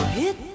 hit